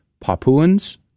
Papuans